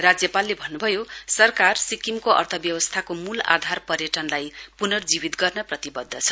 राज्यपालले भन्नुभयो सरकार सिक्किमको अर्थव्यवस्थाको मूल आधार पर्यटनलाई पुनर्जीवित गर्न प्रतिवध्द छ